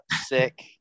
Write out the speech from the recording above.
sick